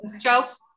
Chelsea